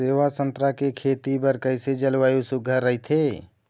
सेवा संतरा के खेती बर कइसे जलवायु सुघ्घर राईथे?